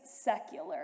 secular